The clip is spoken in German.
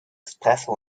espresso